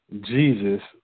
Jesus